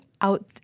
out